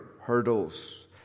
hurdles